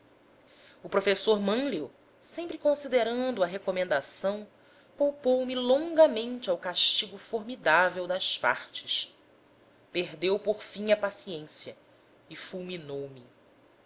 corporais o professor mânlio sempre considerando a recomendação polpou me longamente ao castigo formidável das partes perdeu por fim a paciência e fulminou me